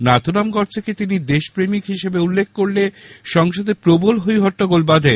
নাথুরাম গডসেকে তিনি দেশপ্রেমিক হিসেবে উল্লেখ করলে সংসদে প্রবল হৈহট্টগোল বাধে